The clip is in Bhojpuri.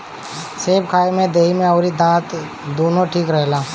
सेब खाए से देहि अउरी दांत दूनो ठीक रहेला